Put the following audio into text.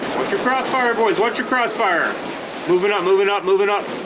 your crossfire boys watch your crossfire moving up moving up moving up